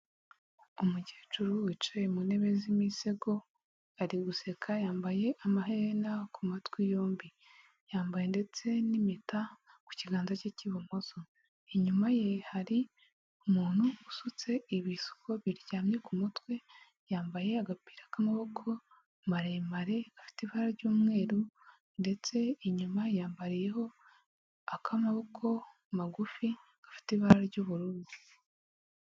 Umukecuru wicaye mu ntebe z'imisego ari guseka yambaye amaherena ku matwi yombi; yambaye ndetse n'impeta ku kiganza cye cy'ibumoso; inyuma ye hari umuntu usutse ibisuko biryamye ku mutwe; yambaye agapira k'amaboko maremare gafite ibara ry'umweru ndetse inyuma yambariyeho ak'amaboko magufi gafite ibara ry'ubururu.